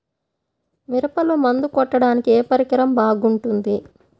మిరపలో మందు కొట్టాడానికి ఏ పరికరం బాగుంటుంది?